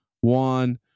one